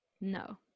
No